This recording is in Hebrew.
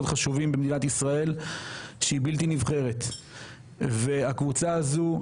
חשובים במדינת ישראל שהיא בלתי נבחרת והקבוצה הזו,